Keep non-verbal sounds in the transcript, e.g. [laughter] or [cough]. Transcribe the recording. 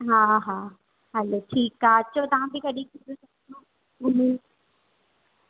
हा हा हलो ठीकु आहे अचो तव्हां बि कॾहिं [unintelligible] घुमूं